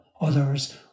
others